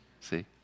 See